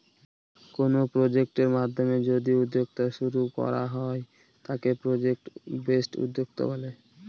কোনো প্রজেক্টের মাধ্যমে যদি উদ্যোক্তা শুরু করা হয় তাকে প্রজেক্ট বেসড উদ্যোক্তা বলে